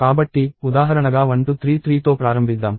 కాబట్టి ఉదాహరణగా 1233తో ప్రారంభిద్దాం